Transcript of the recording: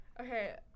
Okay